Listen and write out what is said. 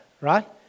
right